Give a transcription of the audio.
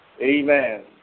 Amen